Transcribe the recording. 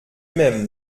même